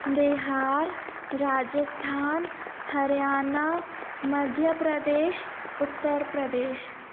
Bihar Rajasthan Haryana Madhya Pradesh Uttar Pradesh